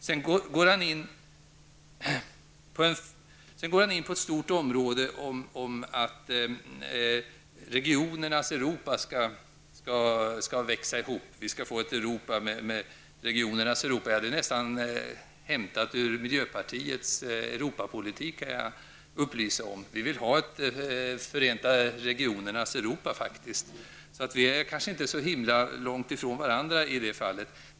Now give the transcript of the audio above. Sedan går Bertil Persson in på ett stort område om att regionernas Europa skall växa ihop och att vi skall få ett regionernas Europa. Jag kan upplysa om att det nästan verkar hämtat ur miljöpartiets Europapolitik. Vi vill faktiskt ha ett förenta regionernas Europa. Vi är därför kanske inte så väldigt långt ifrån varandra i det fallet.